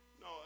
no